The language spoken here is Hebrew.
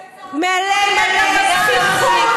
לצערך,